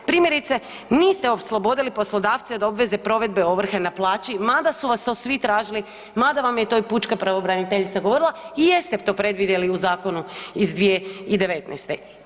Primjerice, niste oslobodili poslodavce od obveze provedbe ovrhe na plaći, mada su vas to svi tražili, mada vam je to i pučka pravobraniteljica govorila i jeste to predvidjeli u zakonu iz 2019.